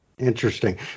Interesting